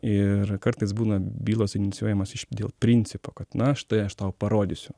ir kartais būna bylos inicijuojamos dėl principo kad na štai aš tau parodysiu